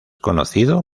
conocido